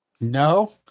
No